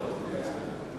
זה קיים בחקיקה אחרת.